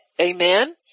Amen